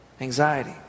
anxiety